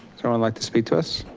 anyone like to speak to us?